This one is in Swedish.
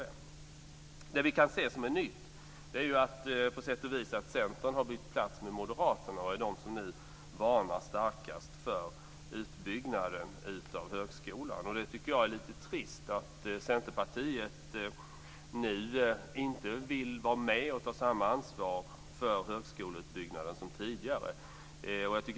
Det nya vi kan se är att Centern på sätt och vis har bytt plats med Moderaterna och nu är det parti som varnar starkast för utbyggnaden av högskolan. Jag tycker att det är lite trist att Centerpartiet nu inte vill vara med och ta samma ansvar för högskoleutbyggnaden som tidigare.